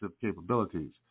capabilities